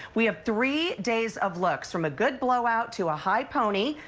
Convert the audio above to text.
we have three days of looks from a good blowout to a high pony,